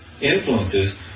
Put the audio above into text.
influences